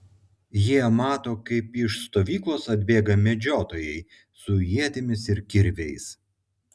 jie mato kaip iš stovyklos atbėga medžiotojai su ietimis ir kirviais